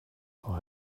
for